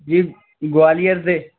जी ग्वालियर से